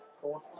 Four